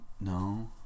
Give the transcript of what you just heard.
No